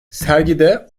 sergide